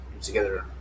together